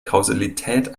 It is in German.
kausalität